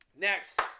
Next